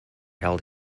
held